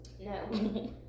No